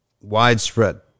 widespread